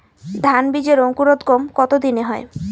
ধান বীজের অঙ্কুরোদগম কত দিনে হয়?